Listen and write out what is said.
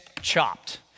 chopped